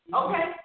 okay